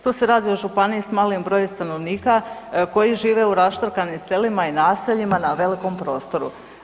Tu se radi o županiji sa malim brojem stanovnika koji žive u raštrkanim selima i naseljima na velikom prostoru.